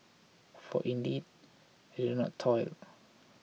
for indeed they don't toil